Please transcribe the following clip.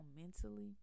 mentally